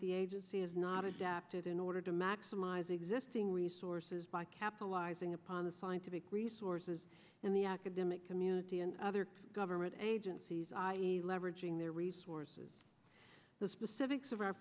the agency has not adapted in order to maximize existing resources by capitalizing upon the scientific resources in the academic community and other government agencies i e leveraging their resources the specifics of